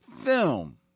film